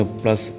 plus